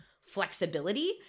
flexibility